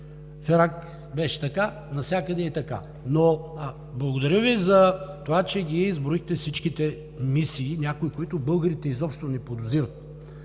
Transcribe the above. Ирак беше така. Навсякъде е така. Благодаря Ви затова, че изброихте всичките мисии, за някои от които българите изобщо не подозират,